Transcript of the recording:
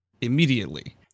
immediately